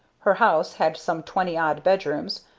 her house had some twenty-odd bedrooms,